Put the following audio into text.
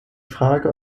frage